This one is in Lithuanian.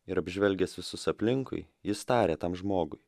ir apžvelgęs visus aplinkui jis tarė tam žmogui